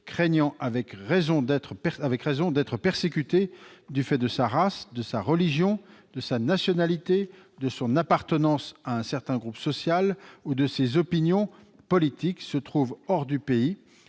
craignant avec raison d'être persécutée du fait de sa race, de sa religion, de sa nationalité, de son appartenance à un certain groupe social ou de ses opinions politiques, se trouve hors du pays